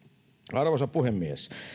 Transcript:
arvoisa puhemies